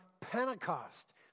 Pentecost